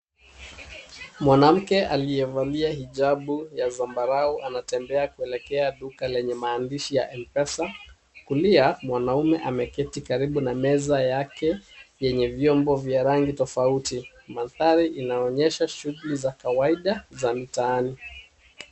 Mwanamke aliyevalia hijabu ya zambarau anatembea kuelekea duka lenye mahandishi ya Mpesa. Kulia mwanaume ameketi karibu na meza yake yenye vyombo vya rangi tofauti. Mandhari ianaonyesha shughuli za kawaida za mitaani.